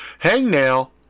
Hangnail